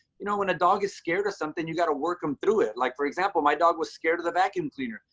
you know, when a dog is scared or something, you've got to work them through it. like, for example, my dog was scared of the vacuum cleaner.